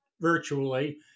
virtually